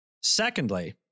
Secondly